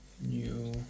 New